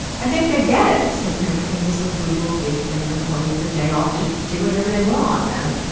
i think they get it. so, you know, famously google gives their employees a day off to do whatever they want, and,